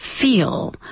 feel